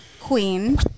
queen